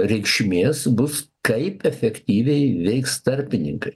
reikšmės bus kaip efektyviai veiks tarpininkai